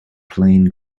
plain